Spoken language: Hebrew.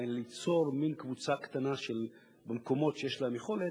ליצור מין קבוצה קטנה במקומות שיש להם יכולת,